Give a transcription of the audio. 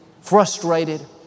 frustrated